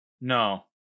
No